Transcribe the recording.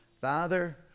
Father